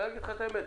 אני אגיד לך את האמת.